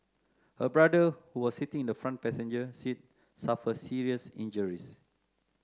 her brother who was sitting in the front passenger seat suffered serious injuries